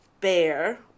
bear